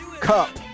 Cup